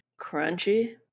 crunchy